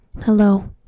hello